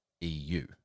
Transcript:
EU